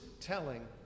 telling